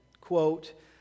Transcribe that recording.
quote